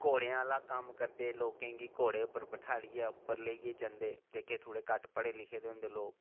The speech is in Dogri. घोड़े आह्ला कम्म करदे लोकें गी घोड़े उप्पर बठाइयै उप्पर लेइयै जंदे जेह्के थोड़े घट्ट पढ़े लिखे होंदे लोक